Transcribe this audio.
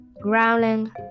growling